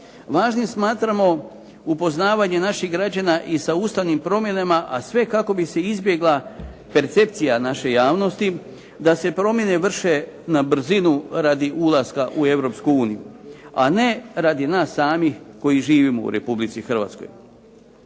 Važnim smatramo upoznavanje naših građana i sa ustavnim promjenama, a sve kako bi se izbjegla percepcija naše javnosti, da se promjene vrše na brzinu radi ulaska u Europsku uniju, a ne radi nas samih koji živimo u Republici Hrvatskoj.